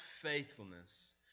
faithfulness